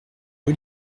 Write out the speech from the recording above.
rue